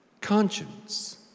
conscience